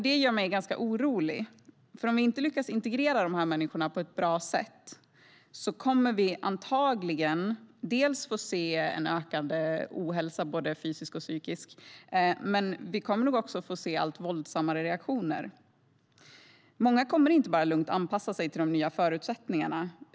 Det gör mig ganska orolig, för om vi inte lyckas integrera de här människorna på ett bra sätt kommer vi antagligen att få se ökande ohälsa, både fysisk och psykisk, men också allt våldsammare reaktioner. Många kommer inte att bara lugnt anpassa sig till de nya förutsättningarna.